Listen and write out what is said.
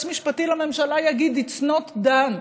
משפטי לממשלה יגיד: It's not done,